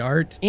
Art